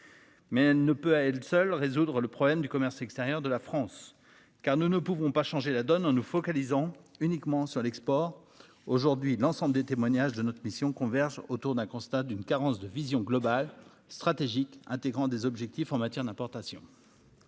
Mais ne peut à elle seule résoudre le problème du commerce extérieur de la France car nous ne pouvons pas changer la donne en nous focalisant uniquement sur l'export aujourd'hui l'ensemble des témoignages de notre mission convergent autour d'un constat d'une carence de vision globale stratégique intégrant des objectifs en matière d'importation.